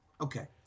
Okay